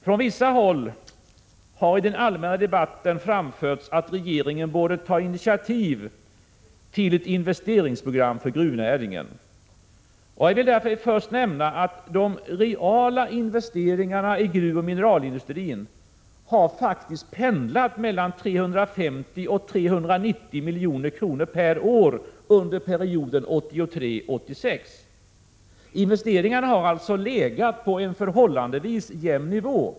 Från vissa håll har i den allmänna debatten anförts att regeringen borde ta initiativ till ett investeringsprogram för gruvnäringen. Jag vill därför först nämna att de reala investeringarna i gruvoch mineralindustrin faktiskt har pendlat mellan 350 och 390 milj.kr. per år under perioden 1983-1986. Investeringarna har alltså legat på en förhållandevis jämn nivå.